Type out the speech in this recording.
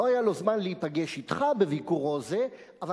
לא היה לו זמן להיפגש אתך בביקורו זה אבל